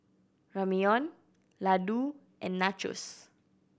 Ramyeon Ladoo and Nachos